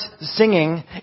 singing